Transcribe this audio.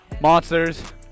Monsters